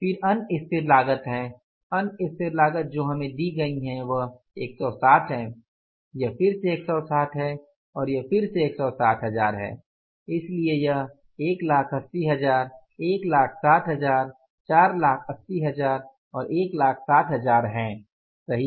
फिर अन्य स्थिर लागत है अन्य स्थिर लागत जो हमें दी गई है वह 160 है यह फिर से 160 है और यह फिर से 160 हजार है इसलिए यह 180000 160000 480000 और 160000 है सही